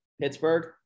Pittsburgh